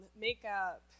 makeup